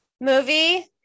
movie